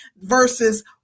versus